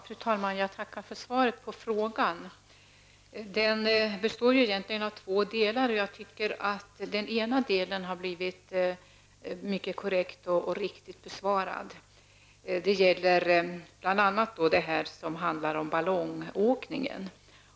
Fru talman! Jag tackar för svaret på frågan. Den består egentligen av två delar, och jag tycker att den ena delen har blivit mycket korrekt och riktigt besvarad. Det gäller bl.a. ballongflygningen.